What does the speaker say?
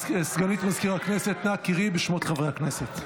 סגנית מזכיר הכנסת, אנא קראי בשמות חברי הכנסת.